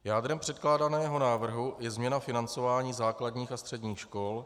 Jádrem předkládaného návrhu je změna financování základních a středních škol.